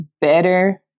better